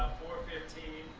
four fifteen,